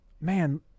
man